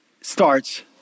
starts